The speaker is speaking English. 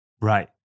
right